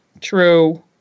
true